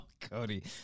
Cody